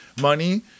money